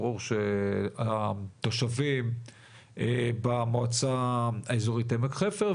ברור שהתושבים במועצה האזורית עמק חפר,